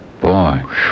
boy